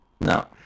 No